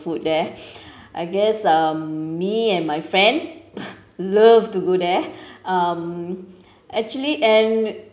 food there I guess um me and my friend love to go there um actually and